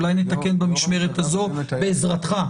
אולי נתקן במשמרת הזו בעזרתך.